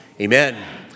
Amen